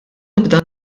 nibda